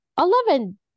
eleven